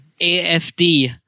AFD